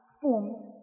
forms